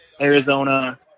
Arizona